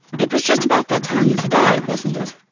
it was just about that time that he died, wasn't it?